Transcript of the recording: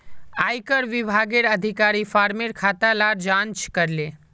आयेकर विभागेर अधिकारी फार्मर खाता लार जांच करले